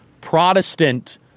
Protestant